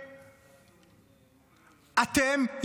אתם,